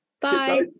Bye